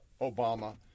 Obama